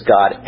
God